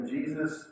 Jesus